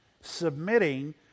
Submitting